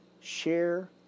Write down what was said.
share